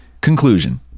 conclusion